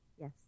Yes